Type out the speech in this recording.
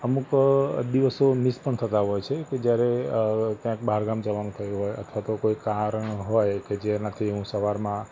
અમુક દિવસો મિસ પણ થતા હોય છે કે જયારે ક્યાંક બહારગામ જવાનું થયું હોય તો અથવા તો કોઈ કારણ હોય કે જેનાથી હું સવારમાં